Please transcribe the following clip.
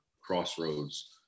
crossroads